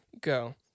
go